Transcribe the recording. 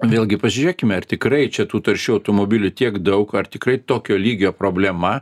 vėlgi pažiūrėkime ar tikrai čia tų taršių automobilių tiek daug ar tikrai tokio lygio problema